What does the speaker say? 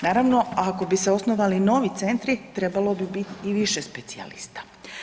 Naravno ako bi se osnovali novi centri trebalo bi biti i više specijalista.